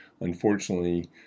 unfortunately